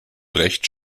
brecht